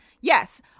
yes